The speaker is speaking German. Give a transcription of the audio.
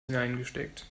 hineingesteckt